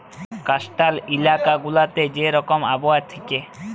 coastal ইলাকা গুলাতে যে রকম আবহাওয়া থ্যাকে